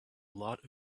lot